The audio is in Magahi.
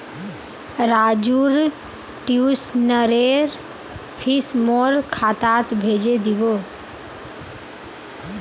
राजूर ट्यूशनेर फीस मोर खातात भेजे दीबो